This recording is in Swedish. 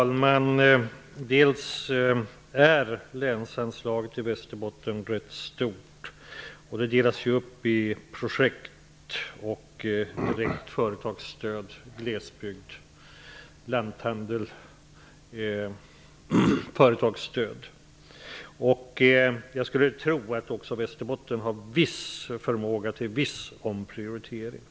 Fru talman! Länsanslaget till Västerbottens län är rätt stort. Det delas upp i projektstöd, direkt företagsstöd, glesbygdsstöd, stöd till lanthandel samt företagsstöd. Jag skulle tro att också Västerbotten har förmåga till viss omprioritering.